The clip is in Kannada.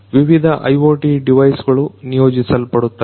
ವಿವಿಧ IoT ಡಿವೈಸ್ಗಳು ನಿಯೋಜಿಸಲ್ಪಡುತ್ತವೆ